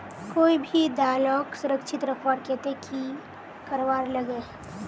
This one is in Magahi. कोई भी दालोक सुरक्षित रखवार केते की करवार लगे?